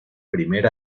primer